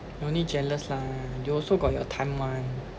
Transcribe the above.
no need jealous lah you also got your time [one]